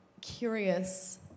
curious